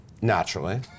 naturally